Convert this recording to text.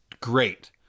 great